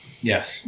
Yes